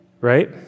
right